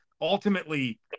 ultimately